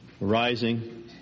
rising